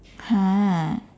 !huh!